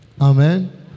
Amen